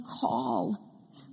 call